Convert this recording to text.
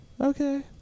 Okay